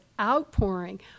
outpouring